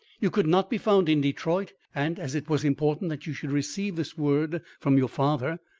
you could not be found in detroit and as it was important that you should receive this word from your father,